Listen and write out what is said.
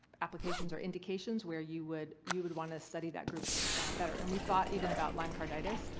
applications or indications where you would you would want to study that group better and we thought even about lyme carditis,